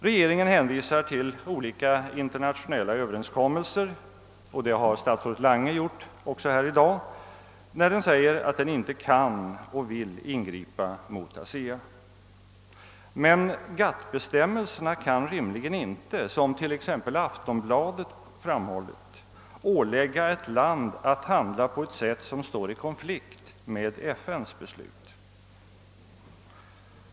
Regeringen hänvisar till olika internationella överenskommelser, och det har också statsrådet Lange gjort här i dag, när den säger att den inte kan och vill ingripa mot ASEA. Men GATT-bestämmelserna kan rimligen inte, som t.ex. Aftonbladet framhållit, ålägga ett land att handla på ett sätt som står i konflikt med FN:s beslut.